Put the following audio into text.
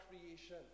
creation